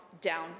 down